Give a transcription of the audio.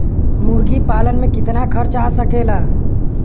मुर्गी पालन में कितना खर्च आ सकेला?